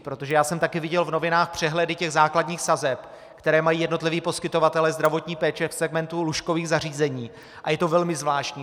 Protože já jsem taky viděl v novinách přehledy základních sazeb, které mají jednotliví poskytovatelé zdravotní péče v segmentu lůžkových zařízení, a je to velmi zvláštní.